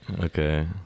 Okay